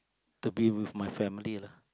to be with my family lah